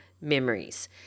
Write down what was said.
Memories